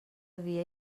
dia